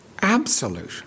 absolute